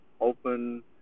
open